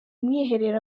mwiherero